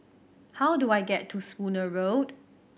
how do I get to Spooner Road